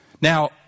Now